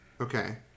Okay